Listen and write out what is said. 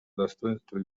достоинства